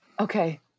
Okay